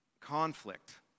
conflict